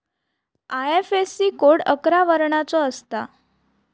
IFSC code अकरा वर्णाचो असता